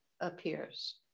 appears